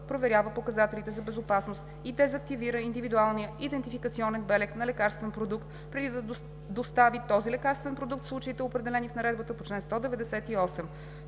проверява показателите за безопасност и дезактивира индивидуалния идентификационен белег на лекарствен продукт, преди да достави този лекарствен продукт в случаите, определени в наредбата по чл. 198;“